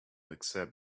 accept